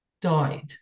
died